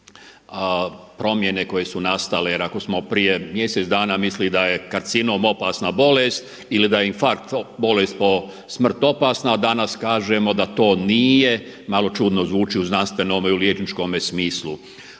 promjene koje su nastale. Jer ako smo prije mjesec dana mislili da je karcinom opasna bolest ili da je infarkt, bolest po smrt opasna a danas kažemo da to nije, malo čudno zvuči u znanstvenome i u liječničkome smislu.